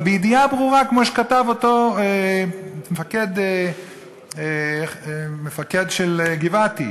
אבל בידיעה ברורה, כמו שכתב אותו מפקד של גבעתי: